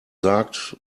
sagt